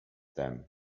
them